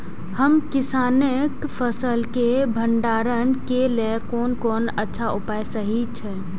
हम किसानके फसल के भंडारण के लेल कोन कोन अच्छा उपाय सहि अछि?